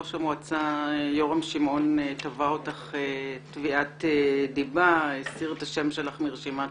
ראש המועצה יורם שמעון תבע אותך תביעת דיבה והסיר את השם שלך מרשימת